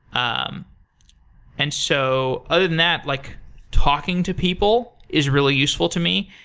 um and so other than that, like talking to people is really useful to me.